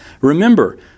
Remember